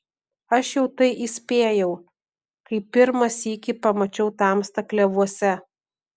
aš jau tai įspėjau kai pirmą sykį pamačiau tamstą klevuose